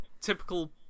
Typical